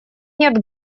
нет